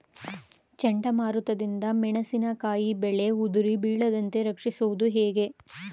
ಚಂಡಮಾರುತ ದಿಂದ ಮೆಣಸಿನಕಾಯಿ ಬೆಳೆ ಉದುರಿ ಬೀಳದಂತೆ ರಕ್ಷಿಸುವುದು ಹೇಗೆ?